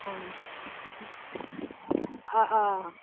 ओं अ अ